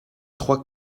trois